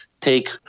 take –